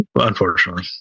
Unfortunately